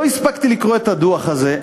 לא הספקתי לקרוא את הדוח הזה,